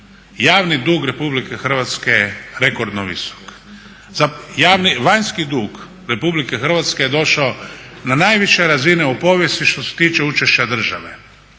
Javni dug RH je rekordno visok. Vanjski dug RH je došao na najveće razine u povijesti što se tiče učešća države.